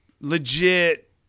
legit